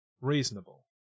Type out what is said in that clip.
reasonable